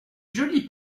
joli